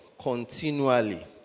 continually